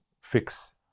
fix